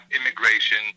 immigration